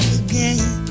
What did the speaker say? again